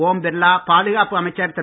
ஓம் பிர்லா பாதுகாப்பு அமைச்சர் திரு